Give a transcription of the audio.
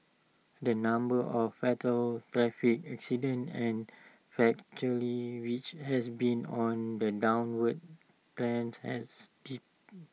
the number of fatal traffic accidents and which has been on the downward trend has dipped